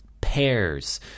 pairs